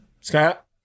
Scott